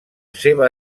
seva